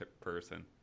person